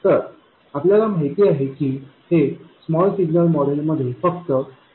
तर आपल्याला माहिती आहे की हे स्मॉल सिग्नल मॉडेलमध्ये फक्त gmआहे